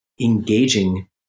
engaging